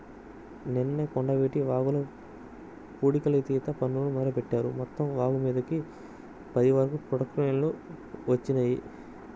నిన్ననే కొండవీటి వాగుల పూడికతీత పనుల్ని మొదలుబెట్టారు, మొత్తం వాగుమీదకి పది వరకు ప్రొక్లైన్లు వచ్చినియ్యి